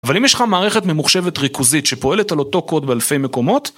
אבל אם יש לך מערכת ממוחשבת ריכוזית שפועלת על אותו קוד באלפי מקומות